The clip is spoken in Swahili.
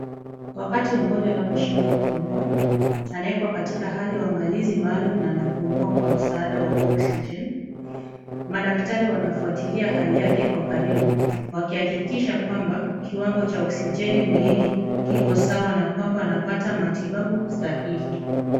Wakati mgonjwa anaposhindwa kupumua, anawekwa katika hali ya uangalizi maalum na anapumua kwa msaada wa oxygen . Madaktari wanafuatilia hali yake kwa karibu, wakihakikisha kwamba kiwango cha oksijeni mwilini kiko sawa na kwamba anapata matibabu sahihi.